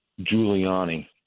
Giuliani